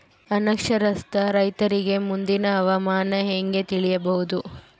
ಅನಕ್ಷರಸ್ಥ ರೈತರಿಗೆ ಮುಂದಿನ ಹವಾಮಾನ ಹೆಂಗೆ ತಿಳಿಯಬಹುದು?